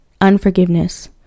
unforgiveness